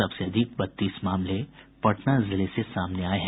सबसे अधिक बत्तीस मामले पटना जिले से सामने आये हैं